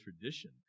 tradition